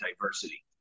diversity